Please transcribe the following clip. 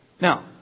Now